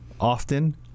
often